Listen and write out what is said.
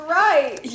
right